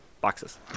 Boxes